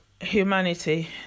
humanity